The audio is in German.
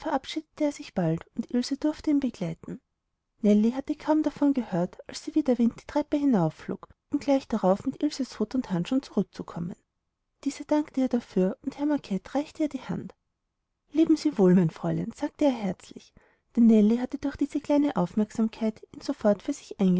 verabschiedete er sich bald und ilse durfte ihn begleiten nellie hatte kaum davon gehört als sie wie der wind die treppe hinaufflog um gleich darauf mit ilses hut und handschuhen zurückzukommen diese dankte ihr dafür und herr macket reichte ihr die hand leben sie wohl mein fräulein sagte er herzlich denn nellie hatte durch diese kleine aufmerksamkeit ihn sofort für sich